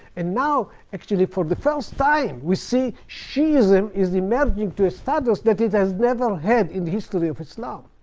and now, actually for the first time, we see shi'ism is emerging to a status that it has never had in the history of islam.